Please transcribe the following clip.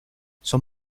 son